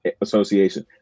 Association